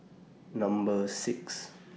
Number six